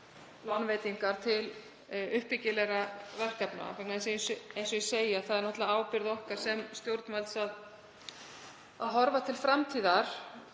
lánveitingar til uppbyggilegra verkefna. Eins og ég segi þá er það náttúrlega á ábyrgð okkar sem stjórnvalds að horfa til framtíðar.